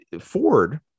Ford